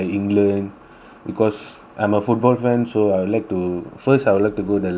because I'm a football fan so I would like to first I would like to go the london first ah